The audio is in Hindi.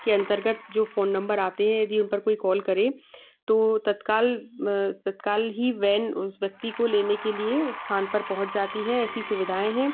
के अंतर्गत जो फ़ोन नंबर आते हैं यदि उन पर कोई कॉल करे तो तत्काल तत्काल ही वैन उस व्यक्ति को लेने के लिए उस स्थान पर पहुंच जाती है ऐसी सुविधाएं हैं